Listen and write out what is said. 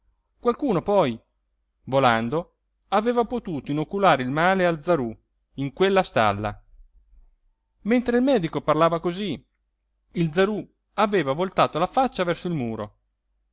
qualcuno poi volando aveva potuto inoculare il male al zarú in quella stalla mentre il medico parlava cosí il zarú aveva voltato la faccia verso il muro